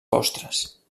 postres